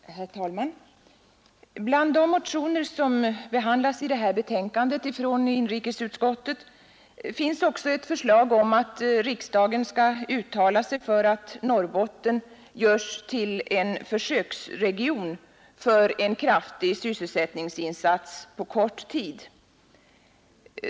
Herr talman! Bland de motioner som behandlats i inrikesutskottets betänkande nr 7 finns ett förslag om att riksdagen skall uttala sig för att Norrbotten görs till en försöksregion för en kraftig sysselsättningsinsats på kort tid.